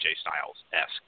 Styles-esque